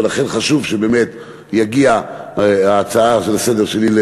ולכן חשוב שההצעה לסדר-היום שלי תגיע